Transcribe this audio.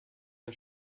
are